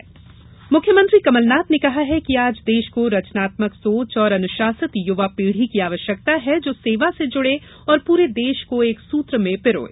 मुख्यमंत्री मुख्यमंत्री कमलनाथ ने कहा है कि आज देश को रचनात्मक सोच और अनुशासित युवा पीढ़ी की आवश्यकता है जो सेवा से जुड़े और पूरे देश को एक सूत्र में पिरोए